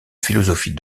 philosophie